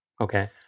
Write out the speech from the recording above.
okay